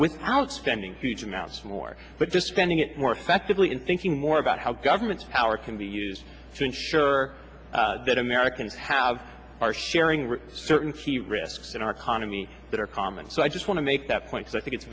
without spending huge amounts more but just spending it more effectively in thinking more about how government power can be used to ensure that americans have are sharing we're certain key risks in our economy that are calm and so i just want to make that point so i think it's